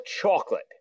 chocolate